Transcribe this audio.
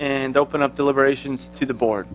and open up deliberations to the board